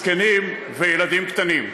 זקנים וילדים קטנים.